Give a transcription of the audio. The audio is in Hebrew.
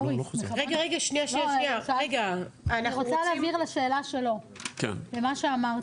מוריס, אני רוצה להבהיר לשאלה שלו, למה שאמרת.